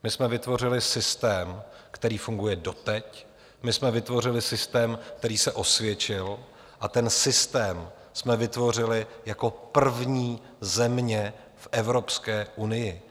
My jsme vytvořili systém, který funguje doteď, my jsme vytvořili systém, který se osvědčil, a ten systém jsme vytvořili jako první země v Evropské unii.